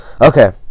Okay